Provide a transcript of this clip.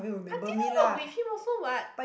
I didn't work with him also what